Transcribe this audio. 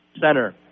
Center